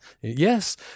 Yes